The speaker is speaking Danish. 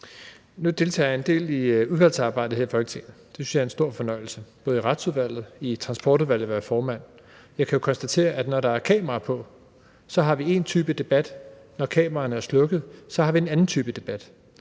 Nu deltager jeg en del i udvalgsarbejdet her i Folketinget – det synes jeg er en stor fornøjelse – både i Retsudvalget og i Transportudvalget, hvor jeg er formand. Jeg kan konstatere, at når der er kamera på, har vi én type debat. Når kameraerne er slukket, har vi en anden type debat.